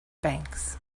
banks